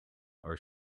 are